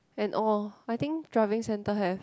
and oh I think driving centre have